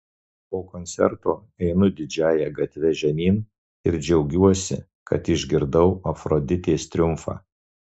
po koncerto einu didžiąja gatve žemyn ir džiaugiuosi kad išgirdau afroditės triumfą